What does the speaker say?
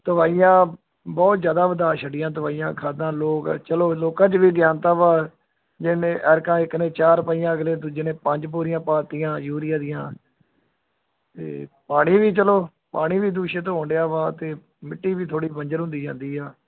ਦਵਾਈਆਂ ਬਹੁਤ ਜ਼ਿਆਦਾ ਵਧਾ ਛੱਡੀਆਂ ਦਵਾਈਆਂ ਖਾਦਾਂ ਲੋਕ ਚਲੋ ਲੋਕਾਂ 'ਚ ਵੀ ਅਗਿਆਨਤਾ ਵਾ ਜਿਹਨੇ ਐਰਕਾ ਇੱਕ ਨੇ ਚਾਰ ਪਈਆਂ ਅਗਲੇ ਦੂਜੇ ਨੇ ਪੰਜ ਪੂਰੀਆਂ ਪਾ ਦਿਤੀਆਂ ਯੂਰੀਆ ਦੀਆਂ ਅਤੇ ਪਾਣੀ ਵੀ ਚਲੋ ਪਾਣੀ ਵੀ ਦੂਸ਼ਿਤ ਹੋਣ ਡਿਆ ਵਾ ਅਤੇ ਮਿੱਟੀ ਵੀ ਥੋੜ੍ਹੀ ਬੰਜਰ ਹੁੰਦੀ ਜਾਂਦੀ ਆ